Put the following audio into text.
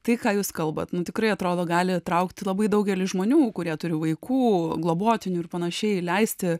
tai ką jūs kalbat nu tikrai atrodo gali traukti labai daugelis žmonių kurie turi vaikų globotinių ir panašiai leisti